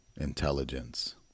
intelligence